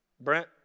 Brent